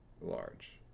large